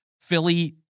Philly